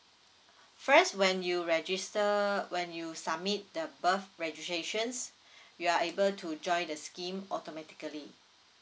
first when you register when you submit the birth registrations you are able to join the scheme automatically